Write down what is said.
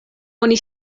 oni